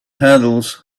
handles